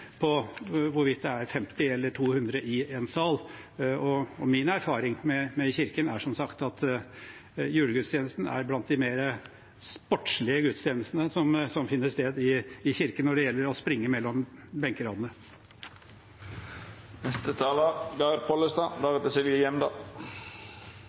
på hvorvidt det er 50 eller 200 i en sal, og min erfaring med kirken er som sagt at julegudstjenesten er blant de mer sportslige gudstjenestene som finner sted i kirken, når det gjelder å springe mellom